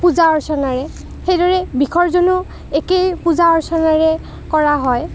পূজা অৰ্চনাৰে সেইদৰে বিসৰ্জনো একেই পূজা অৰ্চনাৰে কৰা হয়